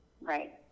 Right